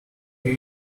you